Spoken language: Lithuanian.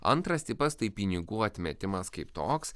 antras tipas tai pinigų atmetimas kaip toks